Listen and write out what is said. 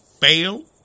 fail